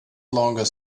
longer